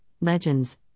legends